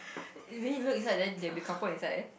you mean you look inside then there will be couple inside